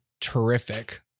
terrific